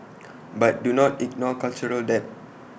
but do not ignore cultural debt